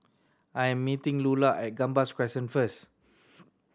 I am meeting Lula at Gambas Crescent first